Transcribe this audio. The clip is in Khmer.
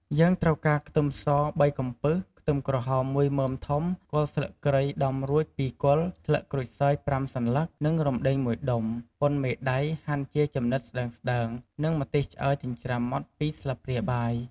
យើងត្រូវការខ្ទឹមស ៣កំពឹស ខ្ទឹមក្រហម ១មើមធំ គល់ស្លឹកគ្រៃដំរួច ២ គល់ ស្លឹកក្រូចសើច ៥សន្លឹក និង រំដេង ១ដុំ ប៉ុនមេដៃហាន់ជាចំណិតស្ដើងៗ និងម្ទេសឆ្អើរចិញ្ច្រាំម៉ដ្ដ ២ស្លាបព្រាបាយ។